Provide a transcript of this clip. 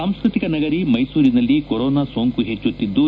ಸಾಂಸ್ಕೃತಿಕ ನಗರಿ ಮೈಸೂರಿನಲ್ಲಿ ಕೊರೋನಾ ಸೋಂಕು ಹೆಚ್ಚುತ್ತಿದ್ದು